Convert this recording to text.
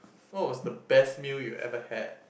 what was the best meal you ever had